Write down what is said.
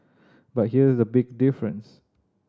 but here's the big difference